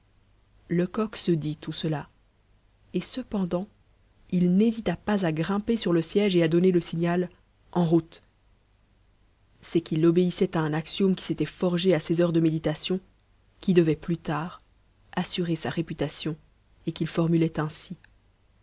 lecoq se dit tout cela et cependant il n'hésita pas à grimper sur le siège et à donner le signal en route c'est qu'il obéissait à un axiome qu'il s'était forgé à ses heures de méditation qui devait plus tard assurer sa réputation et qu'il formulait ainsi